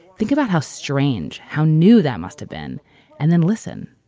think about how strange, how new that must've been and then listen,